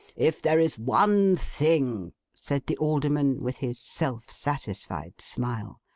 if there is one thing said the alderman, with his self-satisfied smile,